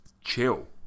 chill